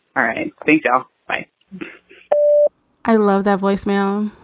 all right. thanks yeah right i love that voicemail